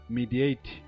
mediate